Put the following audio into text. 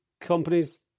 companies